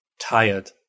Tired